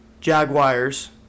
Jaguars